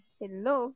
hello